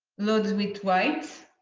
load it with white.